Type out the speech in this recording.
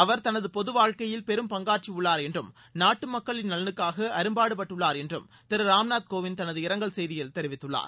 அவர் தனது பொது வாழ்க்கையில் பெரும் பங்காற்றியுள்ளார் என்றும் நாட்டு மக்களின் நலனுக்காக அரும்பாடுபட்டுள்ளார் என்றும் திரு ராம்நாத் கோவிந்த் தனது இரங்கல் செய்தியில் தெரிவித்துள்ளார்